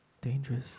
dangerous